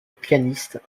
pianiste